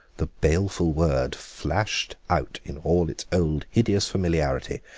the baleful word flashed out in all its old hideous familiarity.